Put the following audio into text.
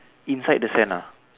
inside the sand ah